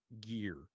gear